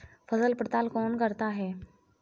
फसल पड़ताल कौन करता है?